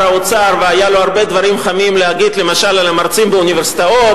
האוצר והיו לו הרבה דברים חמים להגיד למשל על המרצים באוניברסיטאות,